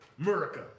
America